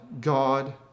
God